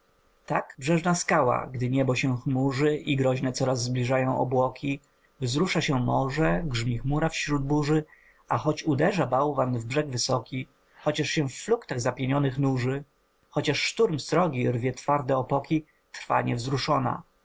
tak brzeżna skała gdy niebo się chmurzy i groźne coraz zbliżają obłoki wzrusza się morze grzmi chmura wśród burzy a choć uderza bałwan w brzeg wysoki chociaż się w fluktach zapienionych nurzy chociaż szturm srogi rwie twarde opoki trwa niewzruszona